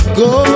go